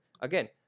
Again